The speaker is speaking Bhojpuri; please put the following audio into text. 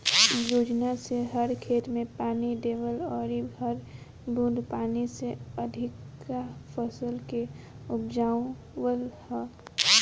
इ योजना से हर खेत में पानी देवल अउरी हर बूंद पानी से अधिका फसल के उपजावल ह